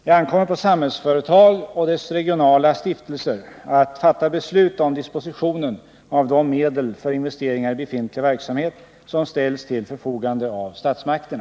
Det ankommer på Samhällsföretag och dess regionala stiftelser att fatta beslut om dispositionen av de medel för investeringar i befintlig verksamhet som ställs till förfogande av statsmakterna.